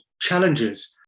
challenges